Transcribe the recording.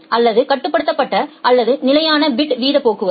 அல்லது கட்டுப்படுத்தப்பட்ட அல்லது நிலையான பிட் வீத போக்குவரத்து